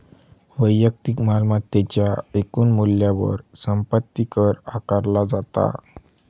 वैयक्तिक मालमत्तेच्या एकूण मूल्यावर संपत्ती कर आकारला जाता